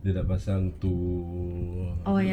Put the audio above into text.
dia dah pasang tu